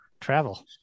travel